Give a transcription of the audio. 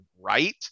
right